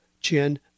chin